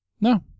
No